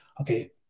okay